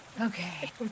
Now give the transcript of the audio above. Okay